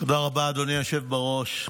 תודה רבה, אדוני היושב בראש.